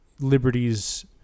liberties